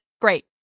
great